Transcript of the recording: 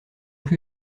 plus